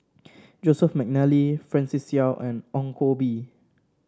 Joseph McNally Francis Seow and Ong Koh Bee